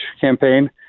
campaign